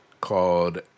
called